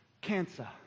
cancer